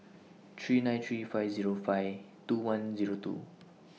three nine three five Zero five two one Zero two